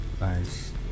nice